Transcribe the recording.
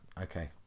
okay